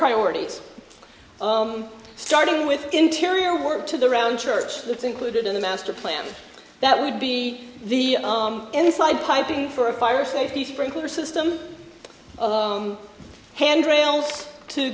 priorities starting with interior work to the round church that's included in the master plan that would be the inside piping for a fire safety sprinkler system handrails to